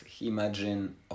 imagine